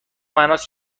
معناست